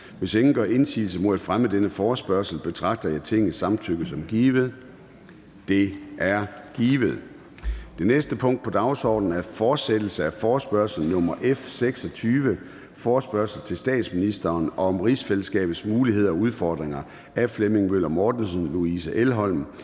Hvis ingen gør indsigelse mod fremme af denne forespørgsel, betragter jeg Tingets samtykke som givet. Det er givet. --- Det næste punkt på dagsordenen er: 2) Fortsættelse af forespørgsel nr. F 26 [afstemning]: Forespørgsel til statsministeren om rigsfællesskabets muligheder og udfordringer. Af Flemming Møller Mortensen (S), Louise Elholm